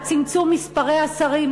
על צמצום מספר השרים,